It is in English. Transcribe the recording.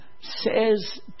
says